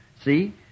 see